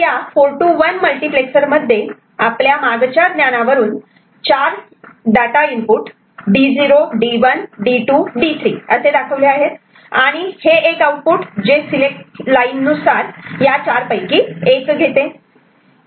तर या 4 to 1 multiplexer मध्ये आपल्या मागच्या ज्ञानावरून 4 data input D0 D1 D2 D3 असे दाखवले आहेत आणि हे एक आउटपुट जे सिलेक्ट लाईन नुसार या चार पैकी एक घेते